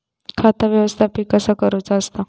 खाता व्यवस्थापित कसा करुचा असता?